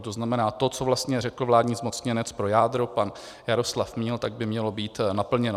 To znamená to, co vlastně řekl vládní zmocněnec pro jádro pan Jaroslav Míl, tak by mělo být naplněno.